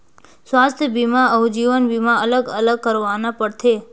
स्वास्थ बीमा अउ जीवन बीमा अलग अलग करवाना पड़थे?